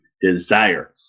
desire